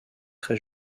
très